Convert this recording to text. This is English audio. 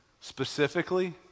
specifically